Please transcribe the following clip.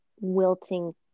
wilting